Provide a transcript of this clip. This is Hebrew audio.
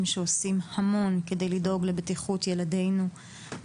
שעושים המון כדי לדאוג לבטיחות ילדינו.